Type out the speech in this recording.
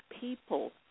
people